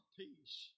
peace